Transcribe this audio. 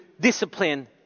discipline